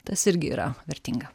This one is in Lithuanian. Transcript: tas irgi yra vertinga